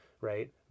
right